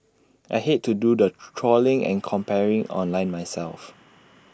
I hate to do the trawling and comparing online myself